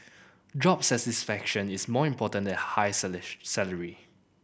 job satisfaction is more important than high salary